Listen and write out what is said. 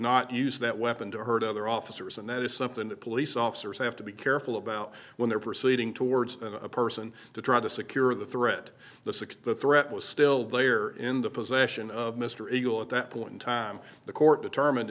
not use that weapon to hurt other officers and that is something that police officers have to be careful about when they're proceeding towards a person to try to secure the threat the threat was still there in the possession of mr eagle at that point in time the court determined